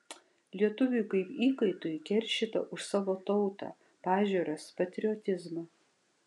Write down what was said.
lietuviui kaip įkaitui keršyta už savo tautą pažiūras patriotizmą